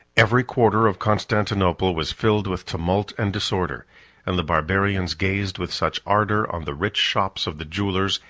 every quarter of constantinople was filled with tumult and disorder and the barbarians gazed with such ardor on the rich shops of the jewellers,